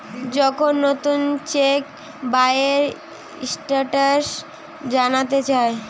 যখন নুতন চেক বইয়ের স্টেটাস জানতে চায়